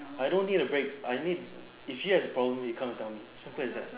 I don't need a break I need if she has a problem you come and tell me simple as that